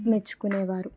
మెచ్చుకునేవారు